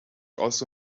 also